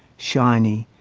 shiny,